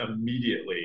immediately